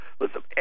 listen